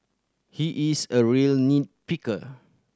he is a real nit picker